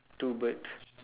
two birds